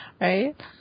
right